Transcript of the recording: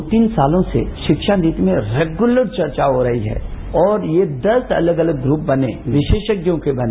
दो तीन सालों से शिक्षा नीति में रेग्यूलर चर्चा हो रही है और ये दस अलग अलग्यूप बने विरोषज्ञों के बने